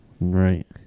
Right